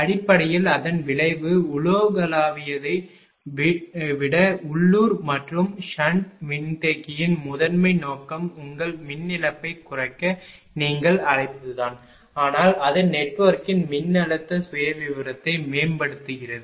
அடிப்படையில் அதன் விளைவு உலகளாவியதை விட உள்ளூர் மற்றும் ஷன்ட் மின்தேக்கியின் முதன்மை நோக்கம் உங்கள் மின் இழப்பை குறைக்க நீங்கள் அழைப்பதுதான் ஆனால் அது நெட்வொர்க்கின் மின்னழுத்த சுயவிவரத்தை மேம்படுத்துகிறது